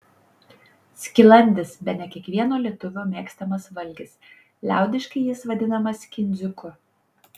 skilandis bene kiekvieno lietuvio mėgstamas valgis liaudiškai jis vadinamas kindziuku